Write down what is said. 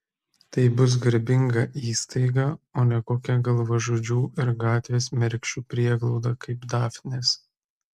tai bus garbinga įstaiga o ne kokia galvažudžių ir gatvės mergšių prieglauda kaip dafnės